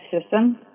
system